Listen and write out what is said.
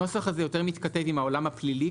הנוסח הזה יותר מתכתב עם העולם הפלילי,